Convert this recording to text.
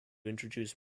introduced